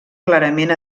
clarament